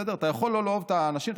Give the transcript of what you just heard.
אתה יכול לא לאהוב את האנשים,